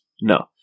no